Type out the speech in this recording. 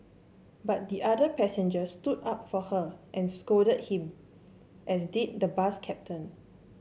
but the other passengers stood up for her and scolded him as did the bus captain